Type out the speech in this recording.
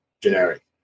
generic